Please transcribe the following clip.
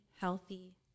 healthy